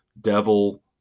devil